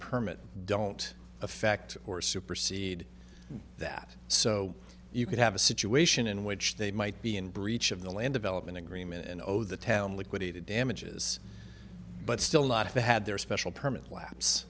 permit don't affect or supersede that so you could have a situation in which they might be in breach of the land development agreement and over the town liquidated damages but still a lot of they had their special permit laps